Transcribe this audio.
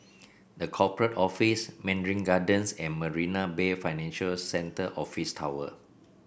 The Corporate Office Mandarin Gardens and Marina Bay Financial Centre Office Tower